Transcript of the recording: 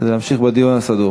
כדי להמשיך בדיון הסדור.